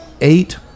eight